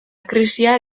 krisia